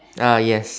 ah yes